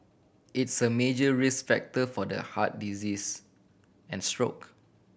it's a major risk factor for the heart disease and stroke